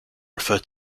refer